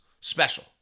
special